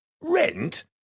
Rent